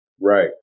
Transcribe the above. Right